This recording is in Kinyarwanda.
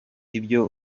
ibyo